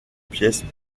pièces